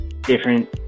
Different